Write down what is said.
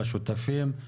לשותפים.